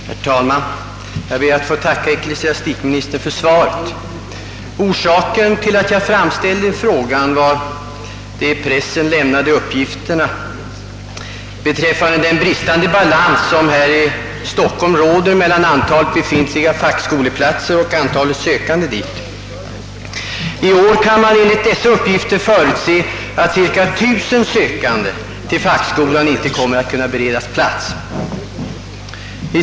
Herr talman! Jag ber att få tacka. ecklesiastikministern för svaret, Orsaken till att jag framställde min fråga var de i pressen lämnade uppgifterna om den bristande balans, som råder här i Stockholm mellan antalet befintliga fackskoleklasser och antalet sökande dit. Enligt dessa uppgifter kan man i år förutse att cirka 1000 sökande till fackskolan inte kommer att kunna beredas plats.